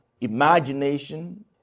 imagination